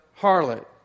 harlot